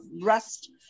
rest